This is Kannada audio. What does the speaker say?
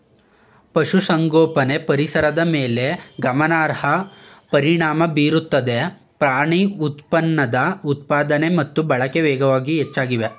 ಪಶುಸಂಗೋಪನೆ ಪರಿಸರದ ಮೇಲೆ ಗಮನಾರ್ಹ ಪರಿಣಾಮ ಬೀರುತ್ತದೆ ಪ್ರಾಣಿ ಉತ್ಪನ್ನದ ಉತ್ಪಾದನೆ ಮತ್ತು ಬಳಕೆ ವೇಗವಾಗಿ ಹೆಚ್ಚಾಗಿದೆ